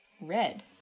Red